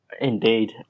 Indeed